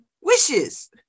wishes